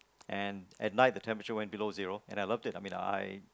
and an at night the temperature went below and I loved it I mean I